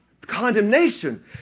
condemnation